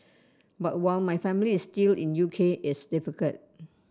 but while my family is still in U K it's difficult